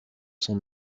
son